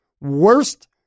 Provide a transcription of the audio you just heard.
worst